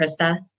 Krista